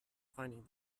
finding